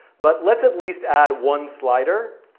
but let's at least add one slider.